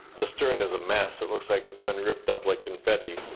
the stern is a mess, it looks like it's been ripped up like confetti.